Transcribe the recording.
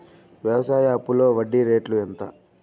వ్యవసాయ అప్పులో వడ్డీ రేట్లు ఎంత?